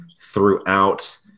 throughout